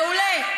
מעולה.